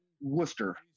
Worcester